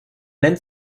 nennt